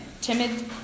Timid